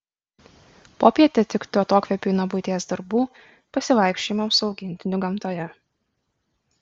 popietė tiktų atokvėpiui nuo buities darbų pasivaikščiojimams su augintiniu gamtoje